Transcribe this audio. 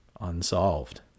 unsolved